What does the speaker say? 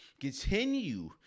continue